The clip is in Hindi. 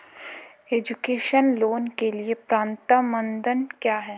एजुकेशन लोंन के लिए पात्रता मानदंड क्या है?